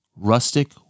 rustic